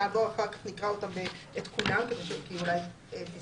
נעבור אחר כך, נקרא את כולם, כי אולי פספסתי.